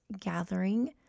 gathering